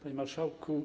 Panie Marszałku!